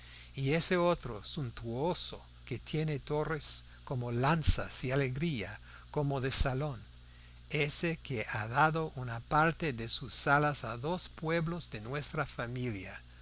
y ese otro suntuoso que tiene torres como lanzas y alegría como de salón ese que ha dado una parte de sus salas a dos pueblos de nuestra familia